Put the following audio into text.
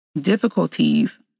Difficulties